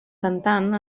cantant